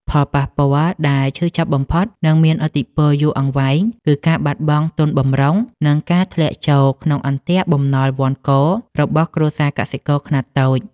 ផលប៉ះពាល់ដែលឈឺចាប់បំផុត និងមានឥទ្ធិពលយូរអង្វែង គឺការបាត់បង់ទុនបម្រុង និងការធ្លាក់ចូលក្នុងអន្ទាក់បំណុលវណ្ឌករបស់គ្រួសារកសិករខ្នាតតូច។